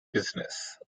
business